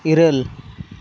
ᱤᱨᱟᱹᱞ